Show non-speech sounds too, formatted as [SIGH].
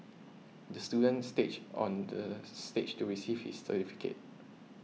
the student stage on the [UNINTELLIGIBLE] stage to receive his certificate